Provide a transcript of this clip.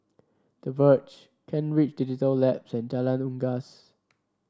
The Verge Kent Ridge Digital Labs and Jalan Unggas